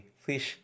please